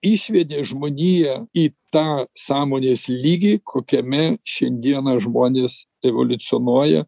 išvedė žmoniją į tą sąmonės lygį kokiame šiandieną žmonės evoliucionuoja